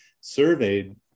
surveyed